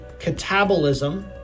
catabolism